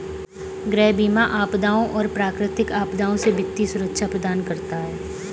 गृह बीमा आपदाओं और प्राकृतिक आपदाओं से वित्तीय सुरक्षा प्रदान करता है